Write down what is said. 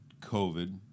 COVID